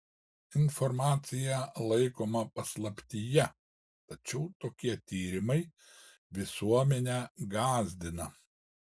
informacija laikoma paslaptyje tačiau tokie tyrimai visuomenę gąsdina